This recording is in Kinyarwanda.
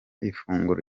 ifunguro